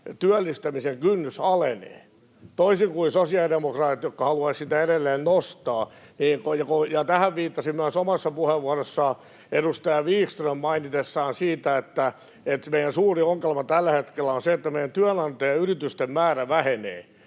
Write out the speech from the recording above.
työllistämisen kynnys alenee, toisin kuin sosiaalidemokraatit, jotka haluaisivat sitä edelleen nostaa. Tähän viittasi myös omassa puheenvuorossaan edustaja Wikström mainitessaan siitä, että meidän suuri ongelmamme tällä hetkellä on se, että meidän työnantajayritysten määrä vähenee,